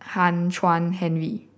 Hian Chuan Henry